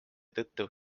tõttu